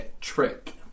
trick